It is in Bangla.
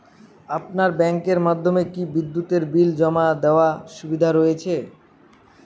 আপনার ব্যাংকের মাধ্যমে কি বিদ্যুতের বিল জমা দেওয়ার সুবিধা রয়েছে?